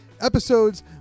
episodes